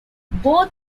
both